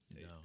no